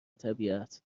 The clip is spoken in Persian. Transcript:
طبیعت